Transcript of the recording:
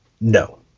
No